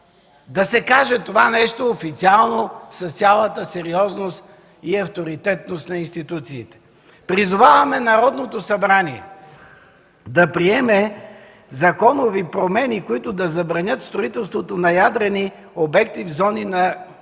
Да се каже това нещо официално, с цялата сериозност и авторитетност на институциите. Призоваваме Народното събрание да приеме законови промени, които да забранят строителството на ядрени обекти в зони на висока